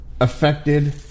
affected